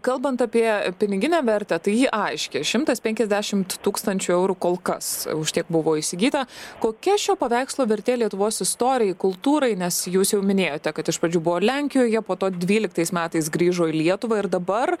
kalbant apie piniginę vertę tai ji aiški šimtas penkiasdešimt tūkstančių eurų kol kas už tiek buvo įsigyta kokia šio paveikslo vertė lietuvos istorijai kultūrai nes jūs jau minėjote kad iš pradžių buvo lenkijoje po to dvyliktais metais grįžo į lietuvą ir dabar